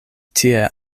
tie